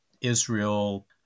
Israel